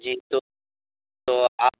جی تو تو آپ